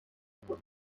curta